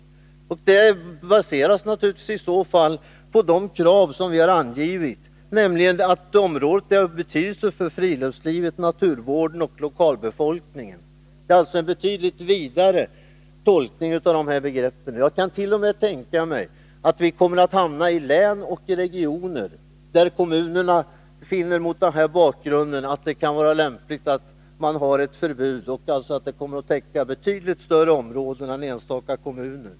Vårt förslag baserar sig naturligtvis i så fall på de krav som vi har angivit, nämligen att det området har betydelse för friluftslivet, naturvården och lokalbefolkningen. Det är alltså en betydligt vidare tolkning av de här begreppen. Jag kant.o.m. tänka mig att vi kommer fram till att det finns län och regioner där kommunerna mot denna bakgrund finner att det kan vara lämpligt att ha ett förbud och att förbudet alltså kommer att täcka betydligt större områden än enstaka kommuner.